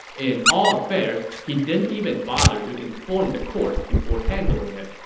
in all affairs, he didn't even bother to inform the court before handling it.